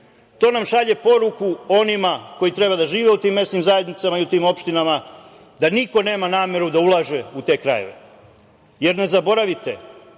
to šalje poruku onima koji treba da žive u tim mesnim zajednicama i u tim opštinama da niko nema nameru da ulaže u te krajeve. Jer, ne zaboravite,